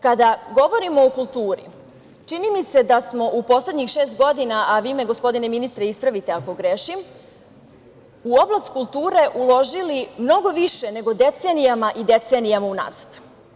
Kada govorimo o kulturi, čini mi se da smo u poslednjih šest godina, a vi me, gospodine ministre, ispravite ako grešim, u oblast kulture uložili mnogo više nego decenijama i decenijama unazad.